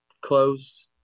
closed